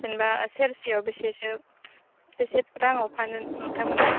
जेनबा सेरसेआव बेसेसो बेसे राङाव फानो नोंथांमोना